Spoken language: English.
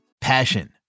Passion